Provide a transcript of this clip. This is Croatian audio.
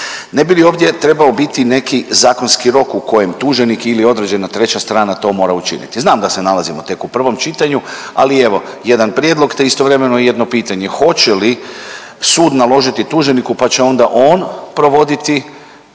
Ne bi li ovdje trebao biti neki zakonski rok u kojem tuženik ili određena treća strana to mora učiniti? Znam da se nalazimo tek u prvom čitanju, ali evo, jedan prijedlog te istovremeno jedno pitanje, hoće li sud naložiti tuženiku pa će onda on provoditi,